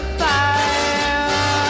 fire